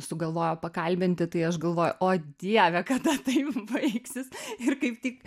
sugalvojo pakalbinti tai aš galvoju o dieve kada tai baigsis ir kaip tik